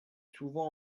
souvent